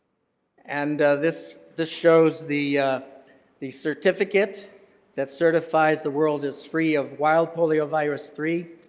and this this shows the the certificates that certifies the world is free of wild poliovirus three,